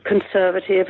conservative